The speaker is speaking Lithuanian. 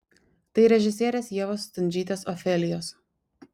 tai režisierės ievos stundžytės ofelijos